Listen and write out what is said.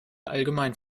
allgemein